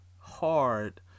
hard